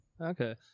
Okay